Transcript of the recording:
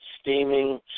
steaming